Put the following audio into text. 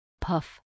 puff